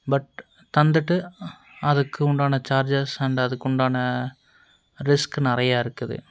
but தந்துவிட்டு அதுக்கு உண்டான சார்ஜஸ் அண்ட் அதுக்கு உண்டான ரிஸ்க்கு நிறையா இருக்குது